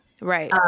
Right